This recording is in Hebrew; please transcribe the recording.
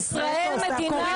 ישראל היא מדינה